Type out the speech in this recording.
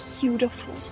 Beautiful